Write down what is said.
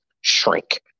shrink